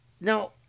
Now